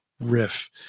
riff